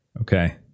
Okay